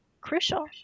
crucial